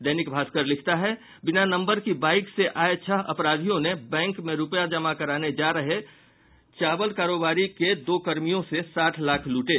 दैनिक भास्कर लिखता है बिना नम्बर की बाईक से आये छह अपराधियों ने बैंक में रूपये जमा कराने जा रहे चावाल कारोबारी के दो कर्मियों से साठ लाख लूटे